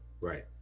right